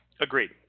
Agreed